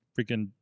freaking